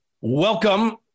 Welcome